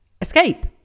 escape